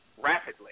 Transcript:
rapidly